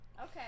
Okay